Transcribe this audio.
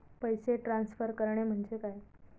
पैसे ट्रान्सफर करणे म्हणजे काय?